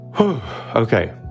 okay